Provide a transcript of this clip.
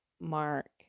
mark